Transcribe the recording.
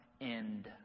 end